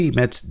met